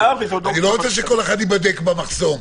אני לא רוצה שכל אחד ייבדק במחסום,